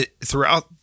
Throughout